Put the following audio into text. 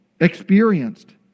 experienced